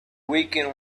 weaken